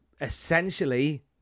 essentially